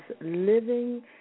living